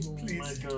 please